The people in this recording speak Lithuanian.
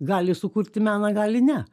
gali sukurti meną gali ne